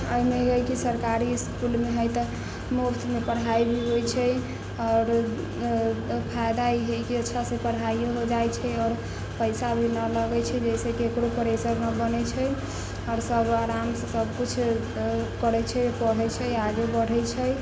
एहिमे हइ कि सरकारी इसकुलमे हइ तऽ मुफ्तमे पढ़ाइ भी होइ छै आओर फाइदा ई हइ कि अच्छासँ पढ़ाइओ हो जाइ छै आओर पइसा भी नहि लगै छै जाहिसँ ककरो प्रेशर नहि बनै छै आओर सब आरामसँ सबकिछु करै छै पढ़ै छै आगे बढ़ै छै